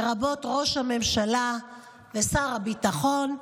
לרבות ראש הממשלה ושר הביטחון.